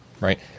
right